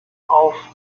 auf